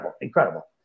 Incredible